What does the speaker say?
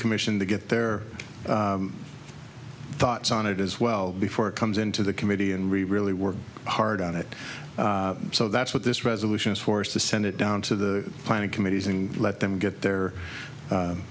commission to get their thoughts on it as well before it comes into the committee and really really work hard on it so that's what this resolution is forced to send it down to the planning committees and let them get their